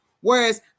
Whereas